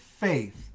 faith